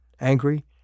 Angry